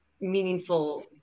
meaningful